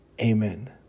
amen